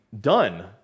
done